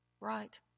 Right